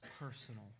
personal